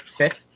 Okay